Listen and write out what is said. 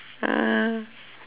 uh